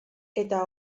eta